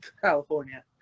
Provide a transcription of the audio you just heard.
california